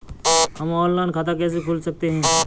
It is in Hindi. हम ऑनलाइन खाता कैसे खोल सकते हैं?